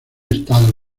estado